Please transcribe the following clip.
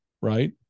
right